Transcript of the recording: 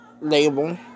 label